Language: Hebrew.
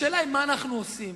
השאלה היא: מה אנחנו עושים?